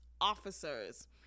officers